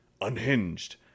unhinged